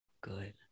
Good